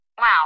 Wow